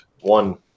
one